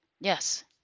Yes